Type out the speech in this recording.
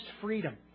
freedom